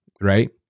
right